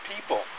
people